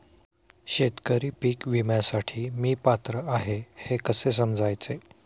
शेतकरी पीक विम्यासाठी मी पात्र आहे हे कसे समजायचे?